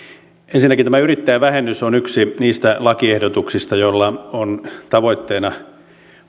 ensinnäkin tämä yrittäjävähennys on yksi niistä lakiehdotuksista joilla on tavoitteena